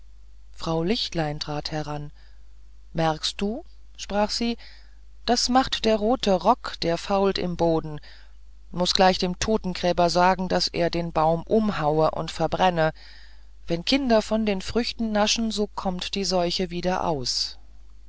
frau lichtlein trat heran merkst du sprach sie das macht der rote rock der fault im boden muß gleich dem totengräber sagen daß er den baum umhaue und verbrenne wenn kinder von den früchten naschen so kommt die seuche wieder aus